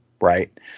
right